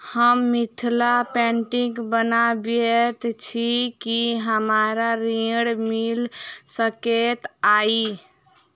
हम मिथिला पेंटिग बनाबैत छी की हमरा ऋण मिल सकैत अई?